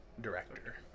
director